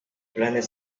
planet